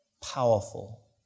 powerful